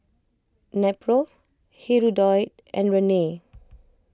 Nepro Hirudoid and Rene